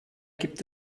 gibt